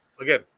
again